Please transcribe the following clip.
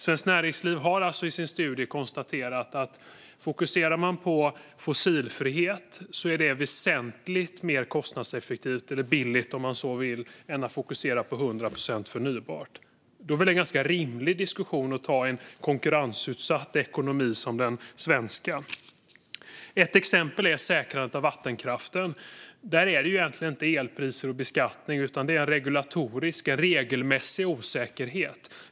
Svenskt Näringsliv har i sin studie konstaterat att det är väsentligt mer kostnadseffektivt att fokusera på fossilfritt än att fokusera på 100 procent förnybart. Då är det väl en ganska rimlig diskussion att ta i en konkurrensutsatt ekonomi som den svenska. Ett exempel är säkrandet av vattenkraften. Där handlar det inte om elpriser och beskattning utan om en regelmässig osäkerhet.